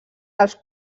als